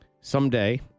Someday